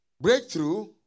Breakthrough